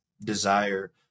desire